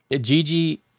Gigi